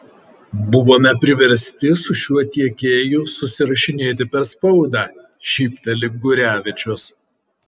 buvome priversti su šiuo tiekėju susirašinėti per spaudą šypteli gurevičius